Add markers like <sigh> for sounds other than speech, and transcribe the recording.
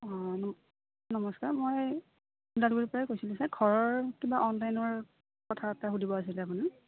অঁ নমস্কাৰ মই ওদালগুৰিৰ পৰাই কৈছিলোঁ ছাৰ ঘৰৰ কিবা অনলাইনৰ কথা এটা সুধিব আছিলে <unintelligible>